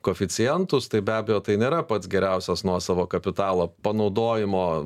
koeficientus tai be abejo tai nėra pats geriausias nuosavo kapitalo panaudojimo